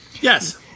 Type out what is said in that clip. Yes